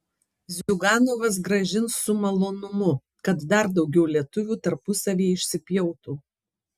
ziuganovas grąžins su malonumu kad dar daugiau lietuvių tarpusavyje išsipjautų